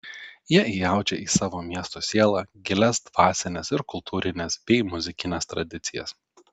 jie įaudžia į savo miesto sielą gilias dvasines ir kultūrines bei muzikines tradicijas